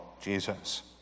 Jesus